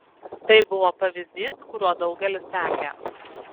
tai buvo pavyzdys kuriuo daugelis sekė